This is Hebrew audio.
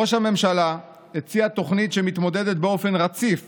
ראש הממשלה הציע תוכנית שמתמודדת באופן רציף